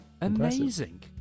amazing